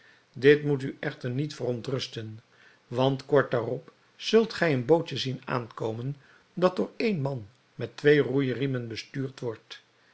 dit moet u echter niet verontrusten want kort daarop zult gij een bootje zien aankomen dat door één man met twee roeiriemen bestuurt wordt